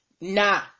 Nah